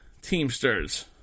Teamsters